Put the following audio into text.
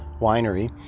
winery